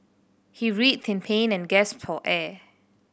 he writhed in pain and gasped for air